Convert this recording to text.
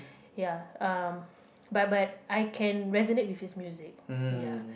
ya um but but I can resonate with his music